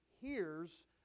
hears